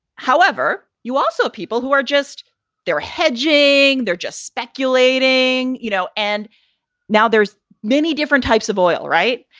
however, you also people who are just they're hedging. they're just speculating, you know. and now there's many different types of oil. right.